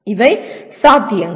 இவை சாத்தியங்கள்